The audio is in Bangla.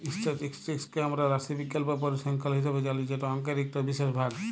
ইসট্যাটিসটিকস কে আমরা রাশিবিজ্ঞাল বা পরিসংখ্যাল হিসাবে জালি যেট অংকের ইকট বিশেষ ভাগ